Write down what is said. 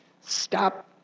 stop